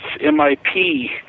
MIP